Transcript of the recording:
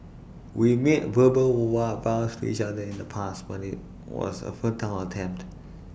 we made verbal vow vows to each other in the past but IT was A futile attempt